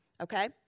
Okay